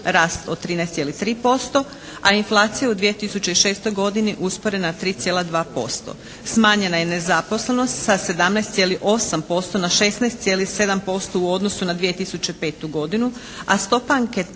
rast od 13,5%, a inflacija je u 2006. godini usporena na 3,2%. Smanjena je nezaposlenost sa 17,8% na 16,7% u odnosu na 2005. godinu, a stopa anketne